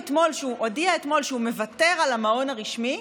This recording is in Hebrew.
הודיע אתמול שהוא מוותר על המעון הרשמי,